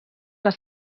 les